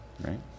right